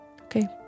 Okay